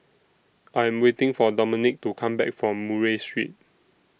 I Am waiting For Dominic to Come Back from Murray Street